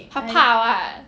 她怕 [what]